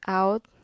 out